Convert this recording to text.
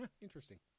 Interesting